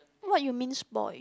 what you mean spoil